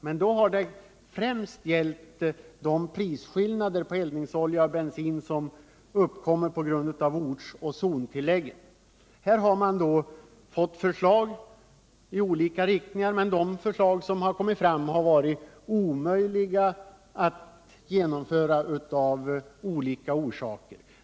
Men då har det främst gällt de prisskillnader på eldningsolja och bensin som uppkommer på grund av ortsoch zontilläggen. De förslag som då har kommit fram har av olika orsaker varit omöjliga att genomföra.